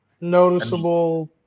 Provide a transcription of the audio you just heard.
noticeable